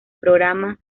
programa